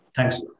Thanks